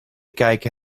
kijken